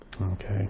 Okay